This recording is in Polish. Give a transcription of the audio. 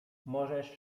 możesz